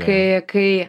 kai kai